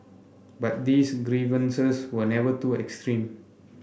but these grievances were never too extreme